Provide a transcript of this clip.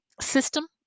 system